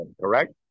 correct